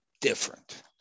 different